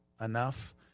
enough